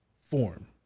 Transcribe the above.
form